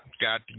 got